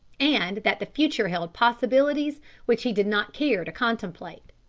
and that the future held possibilities which he did not care to contemplate.